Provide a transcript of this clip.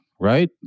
right